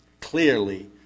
clearly